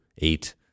eight